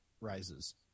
Rises